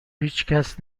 هیچکس